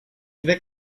cree